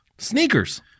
Sneakers